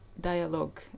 dialogue